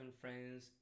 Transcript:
friends